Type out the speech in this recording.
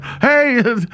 Hey